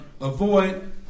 avoid